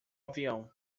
avião